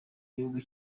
igihugu